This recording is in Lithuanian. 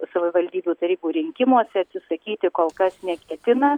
savivaldybių tarybų rinkimuose atsisakyti kol kas neketina